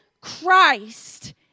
Christ